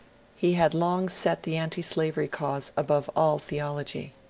he had long set the antislavery cause above all theology.